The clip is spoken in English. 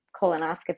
colonoscopy